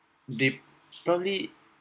they probably